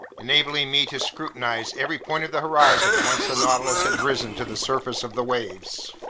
enabling me to scrutinize every point of the horizon once the nautilus has risen to the surface of the waves.